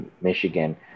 Michigan